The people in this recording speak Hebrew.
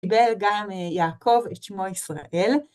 קיבל גם יעקב את שמו ישראל.